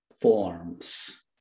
forms